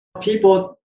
people